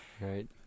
right